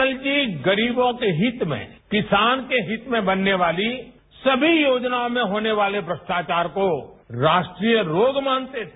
अटल जी गरीबों के हित मेँ किसान के हित में बनने वाली सभी योजनाओं में होने वाले भ्रष्टाचार को राष्ट्रीय रोग मानते थे